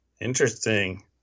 interesting